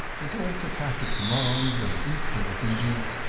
its autocratic demands and instant obedience,